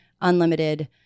unlimited